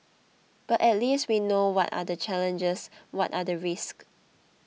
but at least we know what are the challenges what are the risk